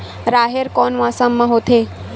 राहेर कोन मौसम मा होथे?